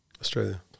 Australia